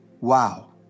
Wow